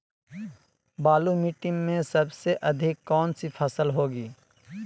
बालू मिट्टी में सबसे अधिक कौन सी फसल होगी?